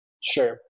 Sure